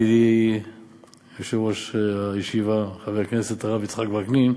ידידי יושב-ראש הישיבה חבר הכנסת הרב יצחק וקנין,